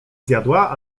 zjadła